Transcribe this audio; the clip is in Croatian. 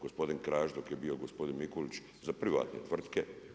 Gospodin Krašić dok je bio, gospodin Mikulić za privatne tvrtke.